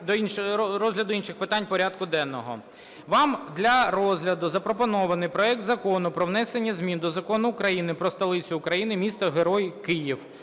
Вам для розгляду запропонований проект Закону про внесення змін до Закону України "Про столицю України - місто-герой Київ",